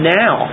now